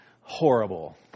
horrible